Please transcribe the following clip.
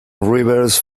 rivers